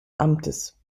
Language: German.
amtes